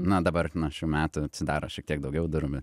na dabar nuo šių metų atsidaro šiek tiek daugiau durų